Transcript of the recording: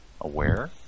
Aware